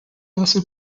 also